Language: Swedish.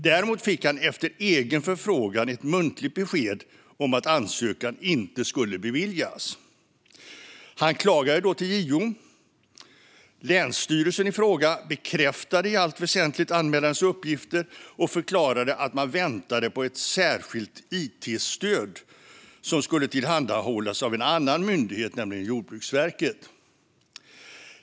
Däremot fick han efter egen förfrågan ett muntligt besked om att ansökan inte skulle beviljas. Han klagade då till JO. Länsstyrelsen i fråga bekräftade i allt väsentligt anmälarens uppgifter och förklarade att man väntade på ett särskilt it-stöd som skulle tillhandahållas av en annan myndighet, nämligen Jordbruksverket.